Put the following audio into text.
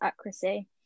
accuracy